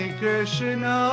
Krishna